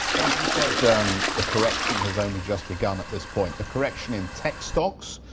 david, you said the correction has only just begun at this point. the correction in tech stocks,